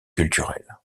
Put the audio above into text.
culturel